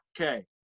okay